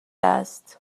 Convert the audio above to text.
است